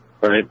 right